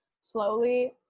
slowly